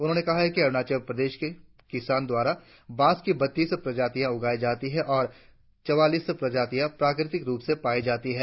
उन्होंने कहा कि अरुणाचल प्रदेश में किसानों द्वारा बांस की बत्तीस प्रजातियाँ उगाई जाती है और चौवालीस प्राजातियाँ प्राकृतिक रुप से पायी जाती है